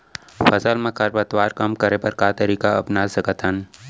फसल मा खरपतवार कम करे बर का तरीका अपना सकत हन?